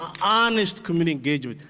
honest community engagement,